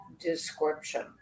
description